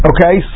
Okay